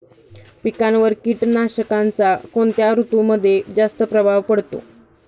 पिकांवर कीटकनाशकांचा कोणत्या ऋतूमध्ये जास्त प्रभाव पडतो?